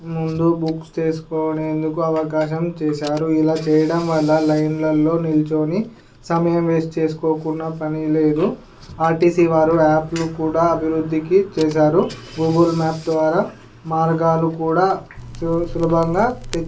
ముందు బుక్ చేసుకొనేందుకు అవకాశం చేసారు ఇలా చేయడం వల్ల లైన్లలో నిలుచొని సమయం వేస్ట్ చేసుకోకున్న పని లేదు ఆర్టీసి వారు యాప్లు కూడా అభివృద్ధికి చేసారు గూగుల్ మ్యాప్ ద్వారా మార్గాలు కూడా సు సులభంగా తీ